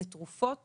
לתרופות